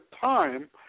time